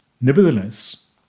Nevertheless